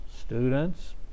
students